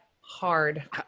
hard